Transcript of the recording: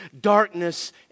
darkness